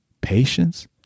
patience